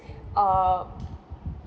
um